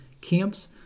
camps